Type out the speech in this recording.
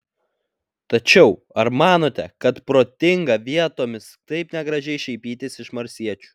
tačiau ar manote kad protinga vietomis taip negražiai šaipytis iš marsiečių